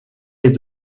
est